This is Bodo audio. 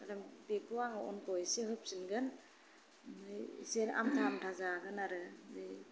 आरो बेखौ आङो अनखौ एसे होफिनगोन ओमफ्राय एसे आमथा आमथा जागोन आरो बिदि